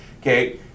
okay